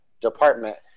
department